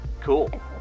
cool